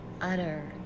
utter